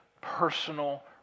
personal